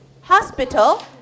Hospital